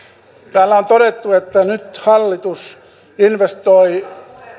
täällä on todettu että nyt hallitus investoi